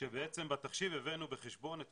כשבתחשיב הבאנו בחשבון את